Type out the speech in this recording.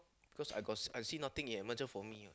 because I got I see nothing he had matches for me what